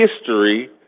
history